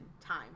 time